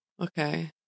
Okay